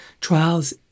trials